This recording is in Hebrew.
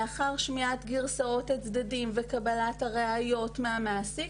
לאחר שמיעת גרסאות הצדדים וקבלת ראיות מהמעסיק